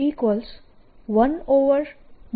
H10